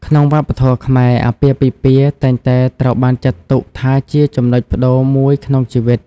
ក្នុងវប្បធម៌ខ្មែរ អាពាហ៍ពិពាហ៍តែងតែត្រូវបានចាត់ទុកថាជាចំណុចប្ដូរមួយក្នុងជីវិត។